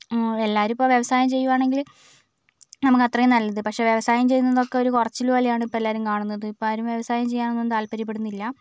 എല്ലാവരും ഇപ്പോൾ വ്യവസായം ചെയ്യുവാണെങ്കിൽ നമുക്കത്രയും നല്ലത് പക്ഷേ വ്യവസായം ചെയ്യുന്നതൊക്കെ ഒരു കുറച്ചിൽ പോലെയാണ് ഇപ്പോൾ എല്ലാവരും കാണുന്നത് ഇപ്പോൾ ആരും വ്യവസായം ചെയ്യാനൊന്നും താല്പര്യപ്പെടുന്നില്ല